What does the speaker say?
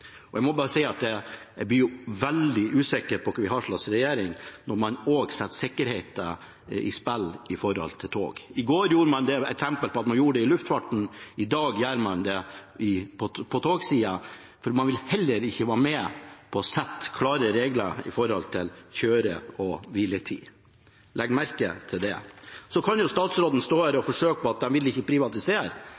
og jeg blir veldig usikker på hva slags regjering vi har, når man også setter sikkerheten i spill når det gjelder tog. I går hadde vi et eksempel på at man gjorde det i luftfarten, og i dag gjør man det på togsida, for man vil heller ikke være med på å lage klare regler når det gjelder kjøre- og hviletid. Legg merke til det. Statsråden kan godt stå her og